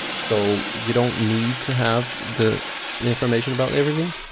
so you don't need to have the information about everything,